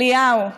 אליהו,